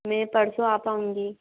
मैं परसों आ पाऊँगी